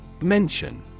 Mention